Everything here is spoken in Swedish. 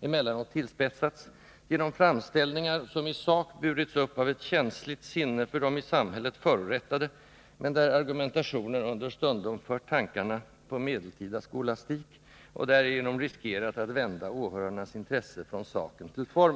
emellanåt tillspetsats genom framställ 23 ningar, som i sak burits upp av ett känsligt sinne för de i samhället förorättade, men där argumentationen understundom fört tankarna på medeltida skolastik och därigenom riskerat att vända åhörarnas intresse från saken till formen.